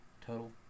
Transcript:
total